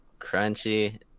crunchy